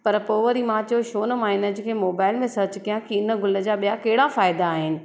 पर पोइ वरी मां चयो छो न मां इन जे मोबाइल में सर्च कया कि इन गुल जा ॿिया कहिड़ा फ़ाइदा आहिनि